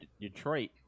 detroit